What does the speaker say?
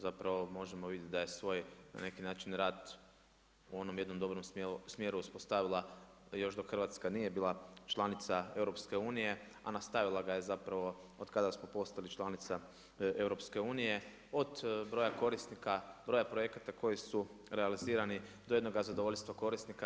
Zapravo, možemo vidjeti da je svoj na neki način, rad u onom jednom dobrom smjeru uspostavila još dok Hrvatska nije bila članica EU-a, a nastavila ga je zapravo otkada smo postali članica EU-a, od broja korisnika, broja projekata koji su realizirani do jednog zadovoljstva korisnika.